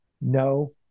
No